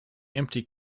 empty